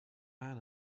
man